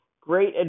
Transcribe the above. great